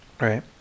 Right